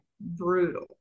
brutal